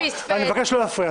--- אני מבקש לא להפריע.